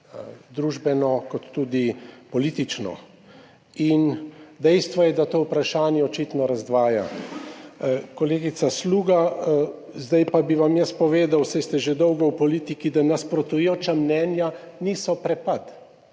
družbeno, kot tudi politično in dejstvo je, da to vprašanje očitno razdvaja. Kolegica Sluga, zdaj pa bi vam jaz povedal, saj ste že dolgo v politiki, da nasprotujoča mnenja niso prepad.